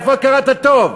איפה הכרת הטוב?